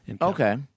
Okay